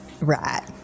Right